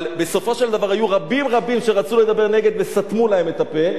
אבל בסופו של דבר היו רבים רבים שרצו לדבר נגד וסתמו להם את הפה.